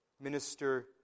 minister